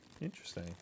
Interesting